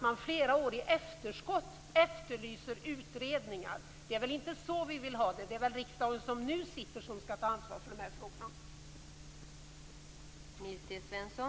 Där efterlyses utredningar flera år i efterskott. Det är väl inte så vi vill ha det? Det är den nu sittande regeringen som skall ta ansvar för dessa frågor.